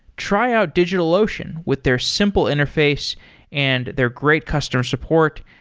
try out digitalocean with their simple interface and their great customer support,